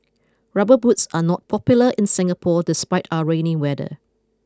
rubber boots are not popular in Singapore despite our rainy weather